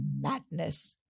madness